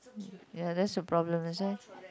ya that's the problem that's why